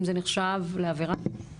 אני רוצה להתחיל עם המשטרה רפ"ק ישראל שמרלינג,